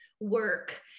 work